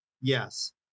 Yes